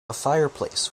fireplace